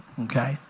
Okay